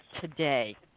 Today